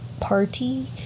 party